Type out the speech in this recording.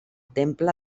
temple